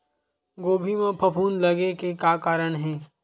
गोभी म फफूंद लगे के का कारण हे?